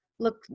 look